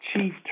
chief